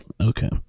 Okay